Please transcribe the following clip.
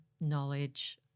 knowledge